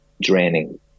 draining